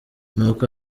nuko